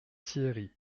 thiéry